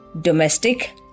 domestic